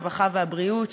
הרווחה והבריאות,